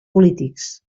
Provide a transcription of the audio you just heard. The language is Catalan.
polítics